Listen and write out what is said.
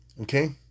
Okay